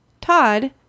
Todd